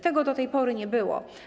Tego do tej pory nie było.